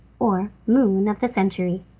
or moon of the century.